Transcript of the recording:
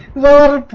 the